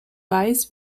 weiß